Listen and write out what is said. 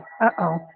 uh-oh